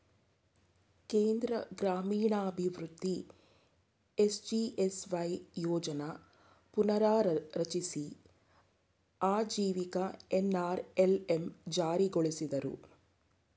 ಕೇಂದ್ರ ಗ್ರಾಮೀಣಾಭಿವೃದ್ಧಿ ಎಸ್.ಜಿ.ಎಸ್.ವೈ ಯೋಜ್ನ ಪುನರ್ರಚಿಸಿ ಆಜೀವಿಕ ಎನ್.ಅರ್.ಎಲ್.ಎಂ ಜಾರಿಗೊಳಿಸಿದ್ರು